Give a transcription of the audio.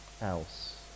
else